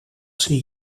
zie